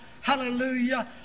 hallelujah